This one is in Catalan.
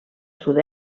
sud